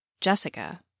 Jessica